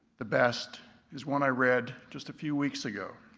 the best is one i read just a few weeks ago.